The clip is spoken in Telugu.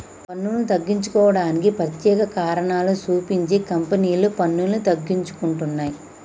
పన్నులను తగ్గించుకోవడానికి ప్రత్యేక కారణాలు సూపించి కంపెనీలు పన్నులను తగ్గించుకుంటున్నయ్